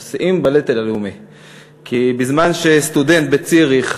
כי בזמן שסטודנט בציריך,